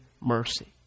mercy